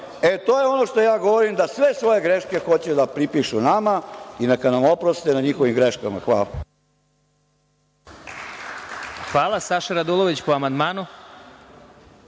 E, to je ono što ja govorim da sve svoje greške hoće da pripišu nama i neka nam oproste na njihovim greškama. Hvala. **Vladimir Marinković** Hvala. Reč